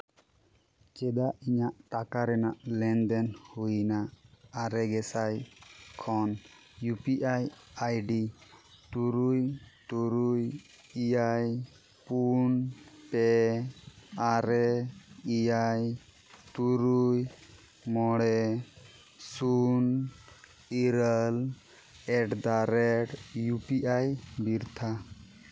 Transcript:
ᱪᱮᱫᱟᱜ ᱤᱧᱟᱹᱜ ᱴᱟᱠᱟ ᱨᱮᱱᱟᱜ ᱞᱮᱱᱫᱮᱱ ᱦᱩᱭᱱᱟ ᱟᱨᱮ ᱜᱮᱥᱟᱭ ᱠᱷᱚᱱ ᱤᱭᱩᱯᱤ ᱟᱭ ᱟᱭᱰᱤ ᱛᱩᱨᱩᱭ ᱛᱩᱨᱩᱭ ᱮᱭᱟᱭ ᱯᱩᱱ ᱯᱮ ᱟᱨᱮ ᱮᱭᱟᱭ ᱛᱩᱨᱩᱭ ᱢᱚᱬᱮ ᱥᱩᱱ ᱤᱨᱟᱹᱞ ᱮᱴᱫᱟᱼᱨᱮᱹᱴ ᱤᱭᱩ ᱯᱤ ᱟᱭ ᱵᱤᱨᱛᱷᱟ